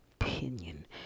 opinion